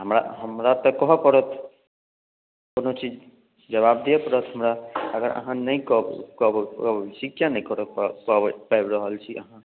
हमरा हमरा तऽ कहऽ पड़त कोनो चीज जवाब दिअ पड़त हमरा अगर अहाँ नहि कऽ कऽ पबैत छी किया नहि कऽ पबै पाबि रहल छी अहाँ